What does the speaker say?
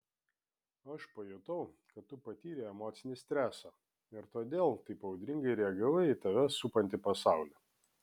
aš pajutau kad tu patyrei emocinį stresą ir todėl taip audringai reagavai į tave supantį pasaulį